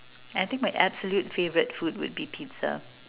and I think my absolute favorite food would be pizza